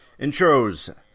Intros